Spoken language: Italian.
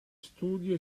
studio